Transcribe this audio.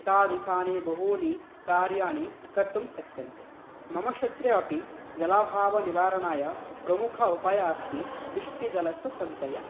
एतादृशानि बहूनि कार्याणि कर्तुं शक्यन्ते मम क्षेत्रे अपि जलाभावनिवारणाय प्रमुख उपायः अस्ति वृष्टिजलस्य सञ्चयः